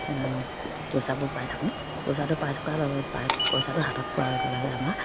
পইচাবোৰ পাই থাকোঁ পইচাটো পাই থকাৰ লগে পাই পইচাটো হাতত পোৱাৰ লগে লগে আমাৰ